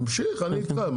תמשיך, אני אתך.